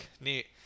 neat